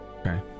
Okay